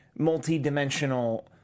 multi-dimensional